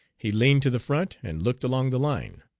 he leaned to the front and looked along the line.